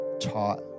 taught